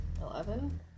Eleven